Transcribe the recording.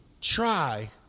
try